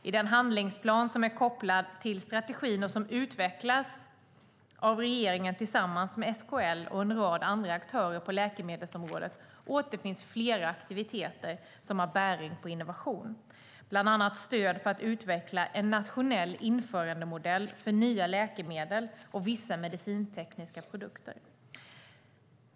I den handlingsplan som är kopplad till strategin och som utvecklats av regeringen tillsammans med SKL och en rad andra aktörer på läkemedelsområdet återfinns flera aktiviteter som har bäring på innovation, bland annat stöd för att utveckla en nationell införandemodell för nya läkemedel och vissa medicintekniska produkter.